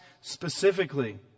specifically